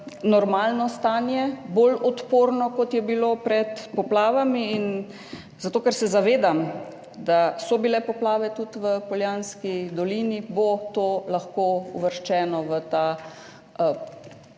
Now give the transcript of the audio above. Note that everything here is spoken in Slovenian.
normalno stanje, bolj odporno, kot je bilo pred poplavami. Zato ker se zavedam, da so bile poplave tudi v Poljanski dolini, bo to lahko uvrščeno v ta program